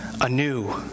anew